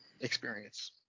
experience